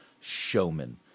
showman